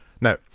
Now